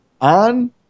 on